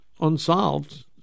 unsolved